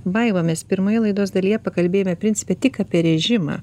vaiva mes pirmoje laidos dalyje pakalbėjome principe tik apie režimą